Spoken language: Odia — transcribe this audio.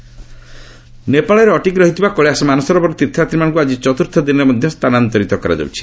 ମାନସରୋବର ପିଲ୍ଗ୍ରିମ୍ ନେପାଳରେ ଅଟକି ରହିଥିବା କୈଳାସ ମାନସରୋବର ତୀର୍ଥଯାତ୍ରୀମାନଙ୍କୁ ଆଜି ଚତୁର୍ଥ ଦିନରେ ମଧ୍ୟ ସ୍ଥାନାନ୍ତରିତ କରାଯାଉଛି